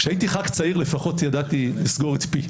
כשהייתי חבר כנסת צעיר, לפחות ידעתי לסגור את פי.